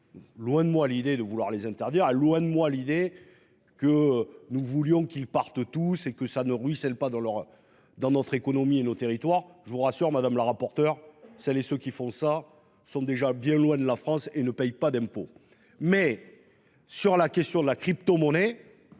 Loin de moi l'idée de vouloir les interdire à loin de moi l'idée que nous voulions qu'ils partent tous que ça ne ruisselle pas dans leur dans notre économie et nos territoires. Je vous rassure, madame la rapporteure celles et ceux qui font ça sont déjà bien loin de la France et ne payent pas d'impôts mais. Sur la question de la cryptomonnaie.